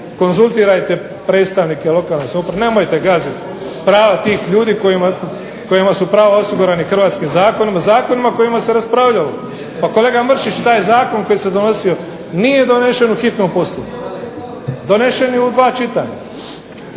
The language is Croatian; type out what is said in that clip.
konzultirajte predstavnike lokalne samouprave, nemojte gaziti prava tih ljudi kojima su prava osigurana hrvatskim zakonima, zakonima o kojima se raspravljalo. Pa kolega Mršić, taj zakon koji se donosio nije donesen u hitnom postupku, donesen je u dva čitanja,